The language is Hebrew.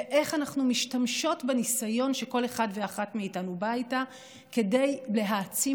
ואיך אנחנו משתמשות בניסיון שכל אחד ואחת מאיתנו באה איתו כדי להעצים